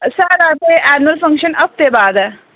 साढ़ा ते annual function हफ्ते बाद ऐ